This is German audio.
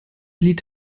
lied